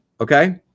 okay